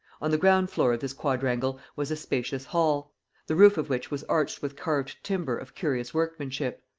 on the ground floor of this quadrangle was a spacious hall the roof of which was arched with carved timber of curious workmanship.